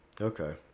Okay